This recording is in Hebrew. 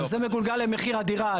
זה מגולגל למחיר הדירה.